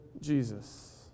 Jesus